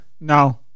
No